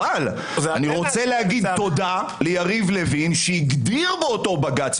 אבל אני רוצה לומר תודה ליריב לוין שהגדיר באותו בג"ץ,